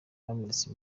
bamuritse